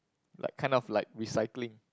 like kind of like recycling